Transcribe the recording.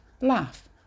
laugh